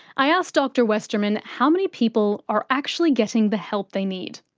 i asked dr westerman how many people are actually getting the help they need.